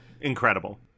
Incredible